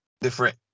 different